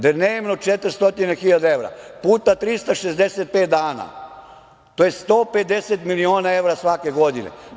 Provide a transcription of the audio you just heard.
Dnevno 400 hiljada evra, puta 365 dana, to je 150 miliona evra svake godine.